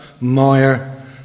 mire